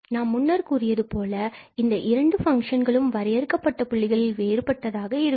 நான் முன்னர் கூறியது போல இந்த இரண்டு ஃபங்க்ஷகளும் வரையறுக்கப்பட்ட புள்ளிகளில் வேறுபட்டதாக இருக்கும்